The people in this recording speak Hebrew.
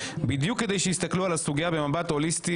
בדיוק כדי שיסתכלו על הסוגייה במבט הוליסטי